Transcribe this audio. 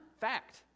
Fact